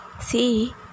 see